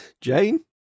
Jane